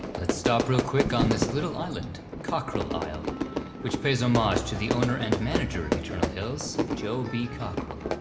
let's stop real quick on this little island cockrill isle which pays homage to the owner and manager of eternal hills, joe b. cockrill.